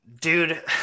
dude